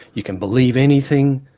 you can believe anything.